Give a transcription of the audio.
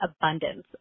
abundance